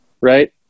Right